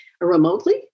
remotely